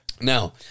Now